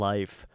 Life